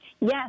Yes